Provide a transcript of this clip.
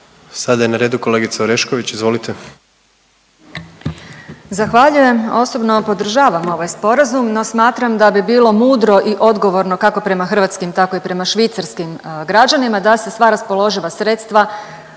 (Stranka s imenom i prezimenom)** Zahvaljujem. Osobno podržavam ovaj Sporazum, no smatram da bi bilo mudro i odgovorno, kako prema hrvatskim, tako i prema švicarskim građanima, da se sva raspoloživa sredstva